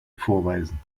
vorweisen